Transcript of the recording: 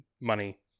money